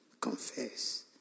confess